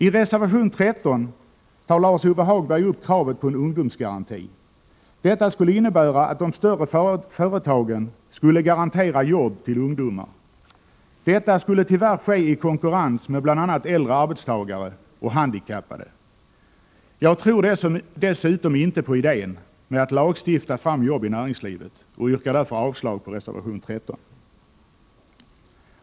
I reservation nr 13 tar Lars-Ove Hagberg upp kravet på en ungdomsgaranti. Detta skulle innebära att de större företagen skulle garantera jobb till ungdomar, och det skulle tyvärr ske i konkurrens med bl.a. äldre arbetstagare och handikappade. Jag tror dessutom inte på idén med att lagstifta fram jobb i näringslivet och yrkar därför avslag på reservation nr 13.